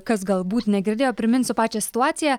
kas galbūt negirdėjo priminsiu pačią situaciją